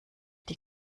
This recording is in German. die